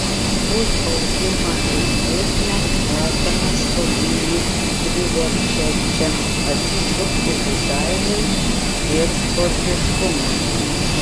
už augimą ir sėkmę esame skolingi priverčiančiam atsisukti dizainui ir sportiškumui